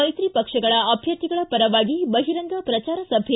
ಮೈತ್ರಿ ಪಕ್ಷಗಳ ಅಧ್ಯರ್ಥಿಗಳ ಪರವಾಗಿ ಬಹಿರಂಗ ಪ್ರಚಾರ ಸಭೆ